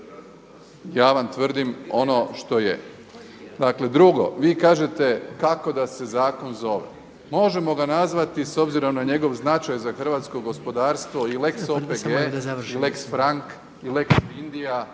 ja vam tvrdim ono što je. Dakle, drugo, vi kažete kako da se zakon zove, možemo ga nazvati s obzirom na njegov značaj za hrvatsko gospodarstvo i lex OPG i lex Frank, lex Vindija,